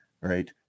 right